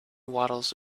waddles